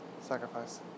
Sacrifice